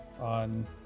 on